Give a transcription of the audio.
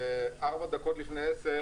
בארבע דקות לפני 10,